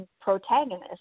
protagonist